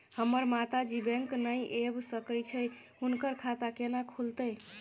हमर माता जी बैंक नय ऐब सकै छै हुनकर खाता केना खूलतै?